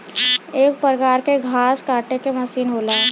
एक परकार के घास काटे के मसीन होला